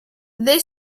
they